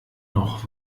noch